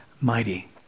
mighty